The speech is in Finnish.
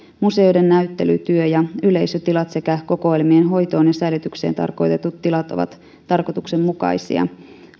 museoiden näyttely työ ja yleisötilat sekä kokoelmien hoitoon ja säilytykseen tarkoitetut tilat ovat tarkoituksenmukaisia